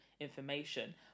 information